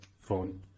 phone